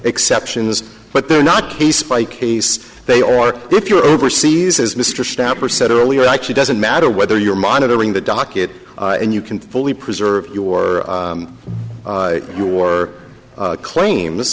exceptions but they're not case by case they or if you're overseas as mr staffer said earlier actually doesn't matter whether you're monitoring the docket and you can fully preserve you or you or claim